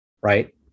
right